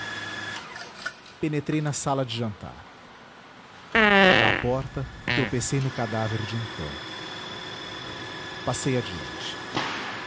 penetrei na sala de jantar à porta tropecei no cadáver de um cão passei adiante